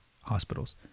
hospitals